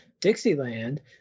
Dixieland